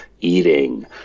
eating